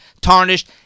tarnished